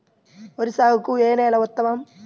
వరి సాగుకు ఏ నేల ఉత్తమం?